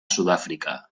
sudáfrica